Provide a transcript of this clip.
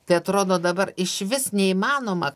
tai atrodo dabar išvis neįmanoma